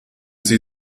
sie